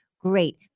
Great